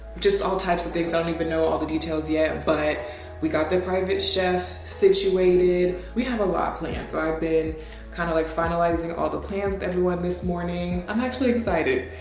just all types of things. i don't even know the details yet, but we got their private chef situated. we have a lot planned. so i've been kind of like finalizing all the plans with everyone this morning. i'm actually excited.